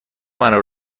منو